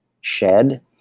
shed